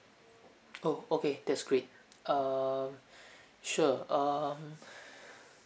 oh okay that's great err sure um